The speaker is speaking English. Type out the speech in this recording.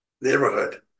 neighborhood